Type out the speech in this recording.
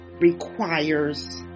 requires